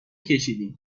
کشیدی